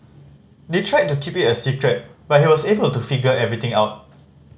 they tried to keep it a secret but he was able to figure everything out